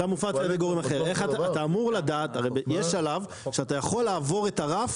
אתה אמור לדעת, הרי יש שלב שאתה יכול לעבור את הרף